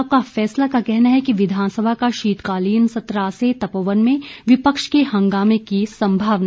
आपका फैसला का कहना है विधानसभा का शीतकालीन सत्र आज से तपोवन में विपक्ष के हंगामे की संभावना